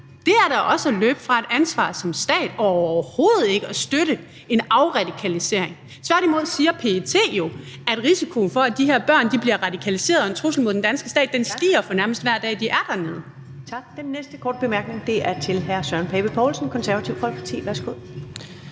Det er da også at løbe fra et ansvar, som stat, og overhovedet ikke at støtte en afradikalisering. Tværtimod siger PET jo, at risikoen for, at de her børn bliver radikaliserede og bliver en trussel mod den danske stat, stiger nærmest for hver dag, de er dernede. Kl. 15:04 Første næstformand (Karen Ellemann): Tak. Den næste korte bemærkning er til hr. Søren Pape Poulsen, Det Konservative Folkeparti. Værsgo.